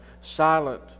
silent